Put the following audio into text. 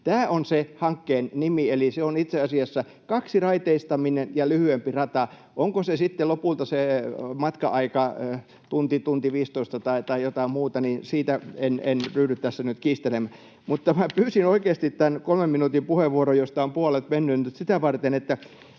Tämä on se hankkeen nimi, eli se on itse asiassa kaksiraiteistaminen ja lyhyempi rata. Onko sitten lopulta se matka-aika tunti, tunti viisitoista tai jotain muuta, niin siitä en ryhdy tässä nyt kiistelemään. Mutta minä pyysin oikeasti tämän kolmen minuutin puheenvuoron, josta on puolet mennyt, sitä varten, että